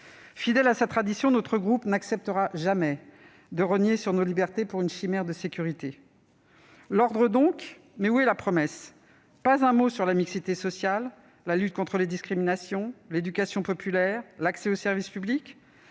Écologiste et Républicain n'acceptera jamais de rogner sur nos libertés pour une chimère de sécurité. L'ordre donc. Mais où est la promesse ? Pas un mot sur la mixité sociale, la lutte contre les discriminations, l'éducation populaire, l'accès aux services publics.